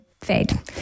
fade